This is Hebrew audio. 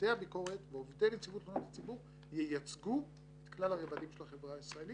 בעינך ואתה יוצר מומחיות של היחידה הזאת